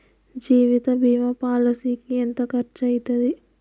జీవిత బీమా పాలసీకి ఎంత ఖర్చయితది?